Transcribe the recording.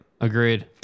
Agreed